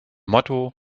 motto